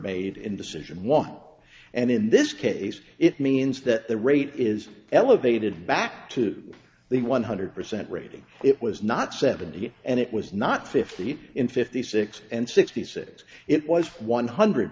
made in decision one and in this case it means that the rate is elevated back to the one hundred percent rating it was not seventy and it was not fifty three in fifty six and sixty six it was one hundred